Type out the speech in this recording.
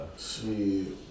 See